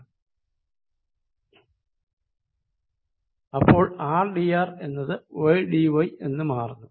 h2r2 y2rdrydy അപ്പോൾ rdrഎന്നത് ydy എന്ന് മാറുന്നു